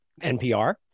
NPR